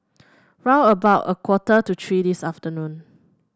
round about a quarter to three this afternoon